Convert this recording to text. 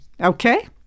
Okay